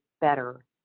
better